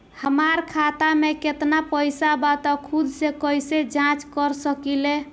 हमार खाता में केतना पइसा बा त खुद से कइसे जाँच कर सकी ले?